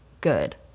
good